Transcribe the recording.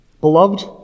Beloved